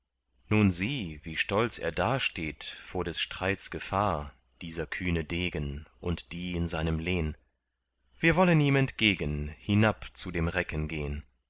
nun sieh wie stolz er dasteht vor des streits gefahr dieser kühne degen und die in seinem lehn wir wollen ihm entgegen hinab zu dem recken gehn